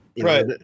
Right